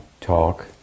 talk